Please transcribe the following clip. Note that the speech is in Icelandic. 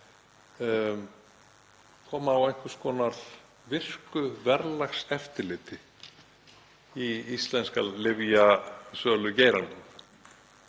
einhvers konar virku verðlagseftirliti í íslenska lyfjasölugeiranum.